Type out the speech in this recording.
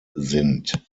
sind